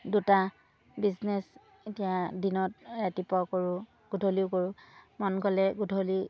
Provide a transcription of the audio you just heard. দুটা বিজনেচ এতিয়া দিনত ৰাতিপুৱাও কৰোঁ গধূলিও কৰোঁ মন গ'লে গধূলি